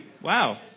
Wow